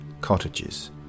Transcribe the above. Cottages